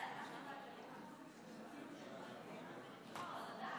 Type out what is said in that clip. להלן תוצאות ההצבעה: בעד,